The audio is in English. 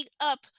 up